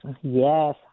Yes